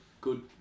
good